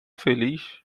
feliz